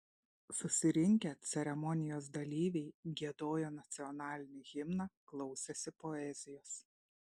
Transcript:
susirinkę ceremonijos dalyviai giedojo nacionalinį himną klausėsi poezijos